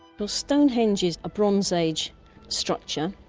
but stonehenge is a bronze age structure.